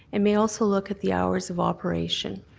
and may also look at the hours of operation.